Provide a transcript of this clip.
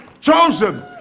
chosen